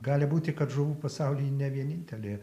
gali būti kad žuvų pasauly ji ne vienintelė